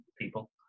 people